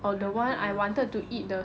I remember the coffee